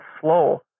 slow